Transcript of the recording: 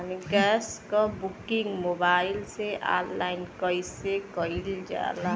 Gas क booking mobile से online कईसे कईल जाला?